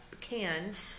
canned